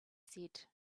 said